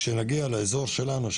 כאשר נגיע לאזור שלנו,